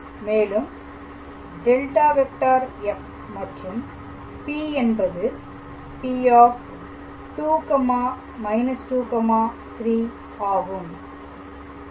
மேலும் ∇⃗⃗ f மற்றும் P என்பது P2−23 ஆகும்